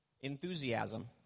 enthusiasm